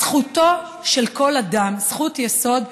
זכותו של כל אדם, זכות יסוד,